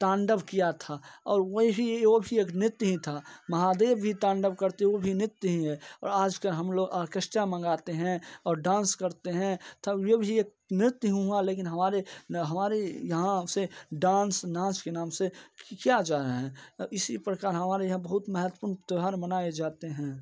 ताण्डव किया था और वही वह भी एक नृत्य ही था महादेव भी ताण्डव करते वह भी नृत्य ही है और आजकल हम लोग आर्केस्ट्रा मंगाते हैं और डांस करते हैं तब यह भी एक नृत्य ही हुआ लेकिन हमारे हमारे यहाँ से डांस नाच के नाम से किया जा रहा है इसी प्रकार हमारे यहाँ बहुत महत्वपूर्ण त्योहार मनाए जाते हैं